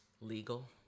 Legal